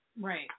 right